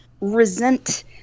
resent